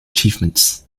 achievements